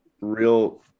real